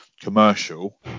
commercial